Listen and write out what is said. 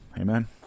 Amen